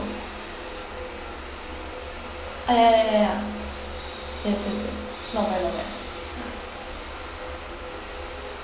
ah ya ya ya ya ya yes yes yes not bad not bad